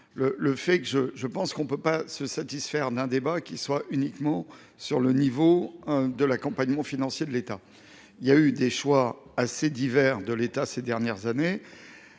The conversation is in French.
que l’on ne peut pas se satisfaire d’un débat qui porte uniquement sur le niveau de l’accompagnement financier de l’État. L’État a fait des choix assez divers ces dernières années.